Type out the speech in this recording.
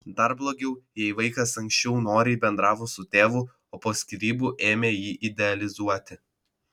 dar blogiau jei vaikas anksčiau noriai bendravo su tėvu o po skyrybų ėmė jį idealizuoti